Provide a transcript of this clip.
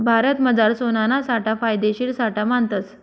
भारतमझार सोनाना साठा फायदेशीर साठा मानतस